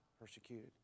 persecuted